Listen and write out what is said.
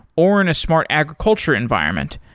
or in a smart agriculture environment,